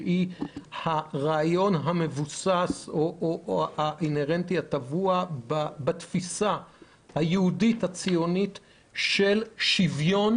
שהיא הרעיון האינהרנטי הטבוע בתפיסה היהודית הציונית של שוויון